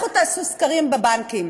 לכו תעשו סקרים בבנקים.